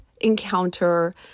encounter